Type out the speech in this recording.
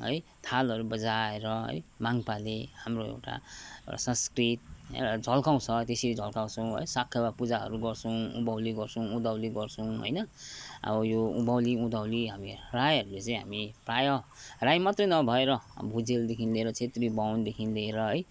है थालहरू बजाएर है माङ्पाले हाम्रो एउटा संस्कृत एउटा झल्काउँछ त्यसरी झल्काउँछौँ है साकेवा पूजाहरू गर्छौँ उँभौली गर्छौँ उँधौली गर्छौँ हैन अब यो उँभौली उँधौली हामी राईहरूले चै हामी प्रायः राई मात्रै नभएर भुजेलदेखिन् लिएर छेत्री बाहुनदेखिन् लिएर है